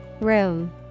Room